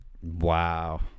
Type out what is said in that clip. wow